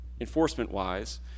enforcement-wise